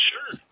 Sure